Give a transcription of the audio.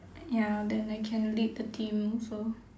ya then I can lead the team also